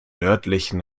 nördlichen